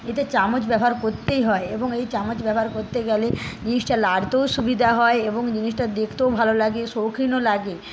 এতে চামচ ব্যবহার করতেই হয় এবং এই চামচ ব্যবহার করতে গেলে জিনিসটা নাড়তেও সুবিধা হয় এবং জিনিসটা দেখতেও ভালো লাগে শৌখিনও লাগে